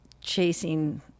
chasing